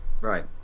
Right